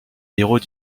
héros